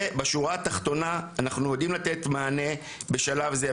בשורה התחתונה, אנחנו יודעים לתת מענה בשלב זה.